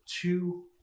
two